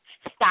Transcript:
Stop